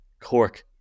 Cork